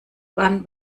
wann